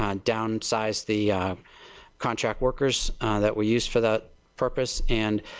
um down size the contract workers that we used for that purpose. and,